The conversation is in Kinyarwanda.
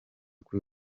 kuri